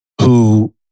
who-